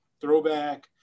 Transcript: throwback